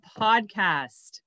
podcast